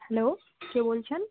hello কে বলছেন